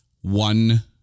One